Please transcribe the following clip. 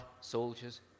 soldiers